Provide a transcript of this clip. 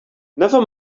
never